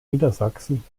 niedersachsen